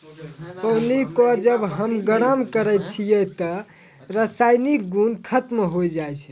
पानी क जब हम गरम करै छियै त रासायनिक गुन खत्म होय जाय छै